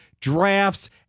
drafts